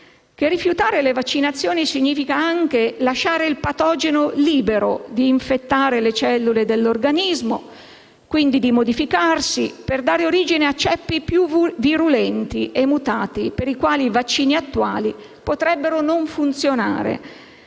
Rifiutare le vaccinazioni significa anche lasciare il patogeno libero di infettare le cellule dell'organismo, quindi di modificarsi per dare origine a ceppi più virulenti e mutati per i quali i vaccini attuali potrebbero non funzionare.